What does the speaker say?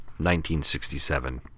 1967